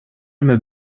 med